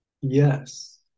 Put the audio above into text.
Yes